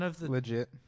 legit